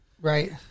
Right